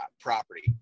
property